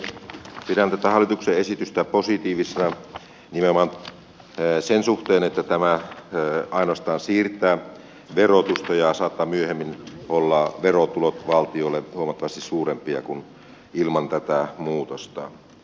pidän tätä hallituksen esitystä positiivisena nimenomaan sen suhteen että tämä ainoastaan siirtää verotusta ja saattavat myöhemmin olla verotulot valtiolle huomattavasti suurempia kuin ilman tätä muutosta